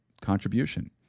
contribution